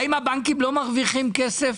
האם הבנקים לא מרוויחים כסף?